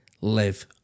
live